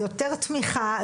יותר תמיכה,